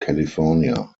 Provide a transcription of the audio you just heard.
california